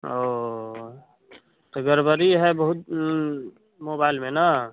ओह तो गड़बड़ है बहुत मोबाइल में ना